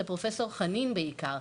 לפרופסור חנין בעיקר,